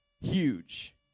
huge